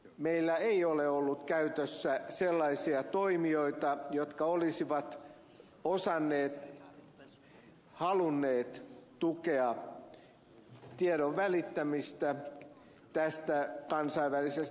meillä ei ole ollut käytössä sellaisia toimijoita jotka olisivat osanneet halunneet tukea tiedon välittämistä tästä kansainvälisestä tapahtumasta